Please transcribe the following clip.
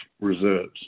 reserves